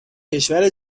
کشور